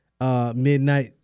Midnight